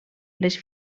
les